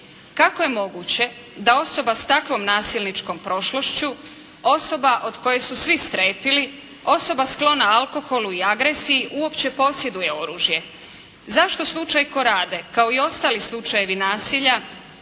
Kako je moguće da osoba s takvom nasilničkom prošlošću, osoba od koje su svi strepili, osoba sklona alkoholu i agresiji uopće posjeduje oružje. Zašto slučaj Korade kao i ostali slučajevi nasilja